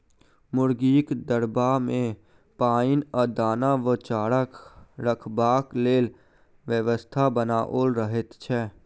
मुर्गीक दरबा मे पाइन आ दाना वा चारा रखबाक लेल व्यवस्था बनाओल रहैत छै